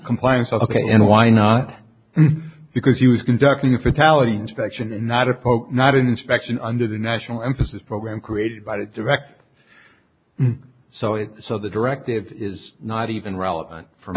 compliance of ok and why not because he was conducting a fatality inspection and not a pope not an inspection under the national emphasis program created by the director so it so the directive is not even relevant for